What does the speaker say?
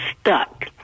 stuck